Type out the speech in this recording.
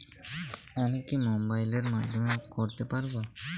আমি কি মোবাইলের মাধ্যমে করতে পারব?